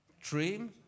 Dream